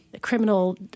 criminal